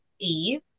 eve